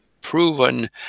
proven